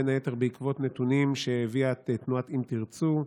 בין היתר בעקבות נתונים שהביאה תנועת אם תרצו: